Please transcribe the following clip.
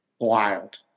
Wild